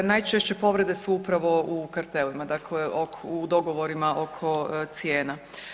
Najčešće povrede su upravo u kartelima, dakle u dogovorima oko cijena.